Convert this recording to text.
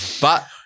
But-